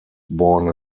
born